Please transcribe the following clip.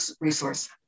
resource